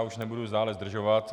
Už nebudu dále zdržovat.